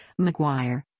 McGuire